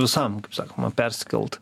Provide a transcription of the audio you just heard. visam kaip sakoma perskelt